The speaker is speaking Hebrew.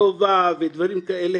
כובע ודברים כאלה,